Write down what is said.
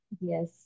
Yes